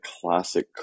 classic